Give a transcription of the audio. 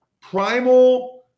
primal